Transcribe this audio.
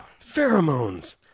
pheromones